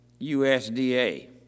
USDA